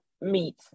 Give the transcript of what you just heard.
meat